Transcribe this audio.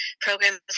programs